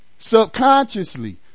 subconsciously